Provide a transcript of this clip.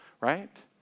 right